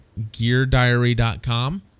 GearDiary.com